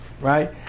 right